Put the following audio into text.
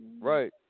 Right